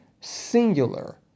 singular